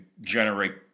generate